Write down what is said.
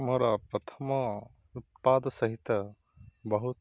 ମୋର ପ୍ରଥମ ଉତ୍ପାଦ ସହିତ ବହୁତ